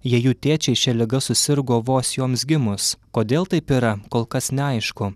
jei jų tėčiai šia liga susirgo vos joms gimus kodėl taip yra kol kas neaišku